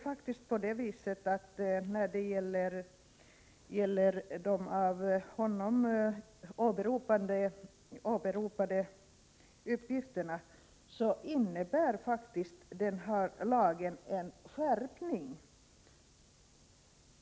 Vad beträffar de av honom åberopade uppgifterna innebär lagförslaget faktiskt en skärpning.